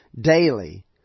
daily